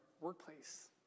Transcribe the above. workplace